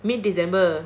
mid december